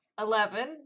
Eleven